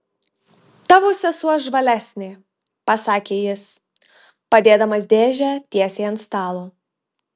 tavo sesuo žvalesnė pasakė jis padėdamas dėžę tiesiai ant stalo